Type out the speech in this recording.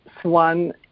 swan